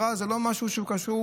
זה לא משהו שקשור